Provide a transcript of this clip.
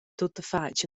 tuttafatg